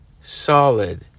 solid